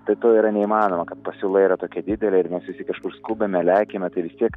tai to yra neįmanoma kad pasiūla yra tokia didelė ir nes visi kažkur skubame lekiame tai vistiek